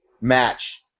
match